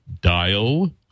dial